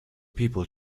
people